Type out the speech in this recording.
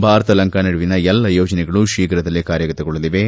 ಭಾರತ ಲಂಕಾ ನಡುವಿನ ಎಲ್ಲಾ ಯೋಜನೆಗಳು ಶೀಘ್ರದಲ್ಲೆ ಕಾರ್ಯಗತವಾಗಲಿವೆ